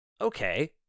Okay